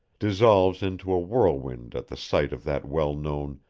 dissolves into a whirlwind at the sight of that well-known,